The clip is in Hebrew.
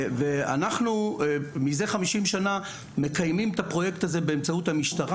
ואנחנו מזה 50 שנה מקיימים את הפרויקט הזה באמצעות המשטרה,